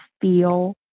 feel